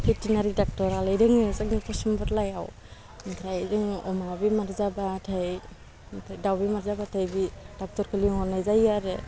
भेटिनारि डाक्टरालाय दङ जोंनि कसुम ददलायाव ओमफ्राय दं अमा बेमार जाबाथाय ओमफ्राय दाउ बेमार जाबाथाय बे डाक्टरखौ लिंहरनाय जायो आरो